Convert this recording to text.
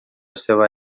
seva